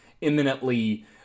imminently